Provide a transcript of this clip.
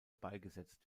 beigesetzt